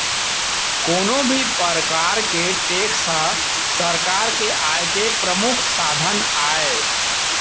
कोनो भी परकार के टेक्स ह सरकार के आय के परमुख साधन आय